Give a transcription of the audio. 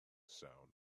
sound